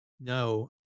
no